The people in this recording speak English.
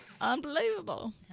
Unbelievable